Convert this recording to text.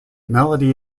melody